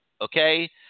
okay